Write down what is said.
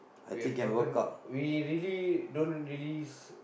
we have token we really we don't really